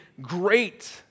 great